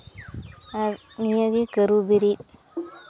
ᱟᱨ ᱱᱤᱭᱟᱹᱜᱮ ᱠᱟᱹᱨᱩ ᱵᱤᱨᱤᱫ